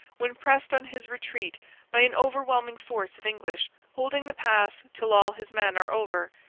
when pressed on his retreat by an overwhelming force of english, holding the pass till all his men are over,